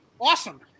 Awesome